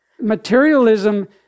Materialism